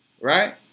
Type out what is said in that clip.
Right